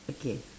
okay